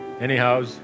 Anyhow